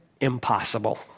impossible